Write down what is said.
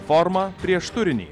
forma prieš turinį